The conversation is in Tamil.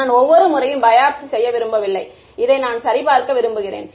நான் ஒவ்வொரு முறையும் பயாப்ஸி செய்ய விரும்பவில்லை இதை நான் சரிபார்க்க விரும்புகிறேன்